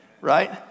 right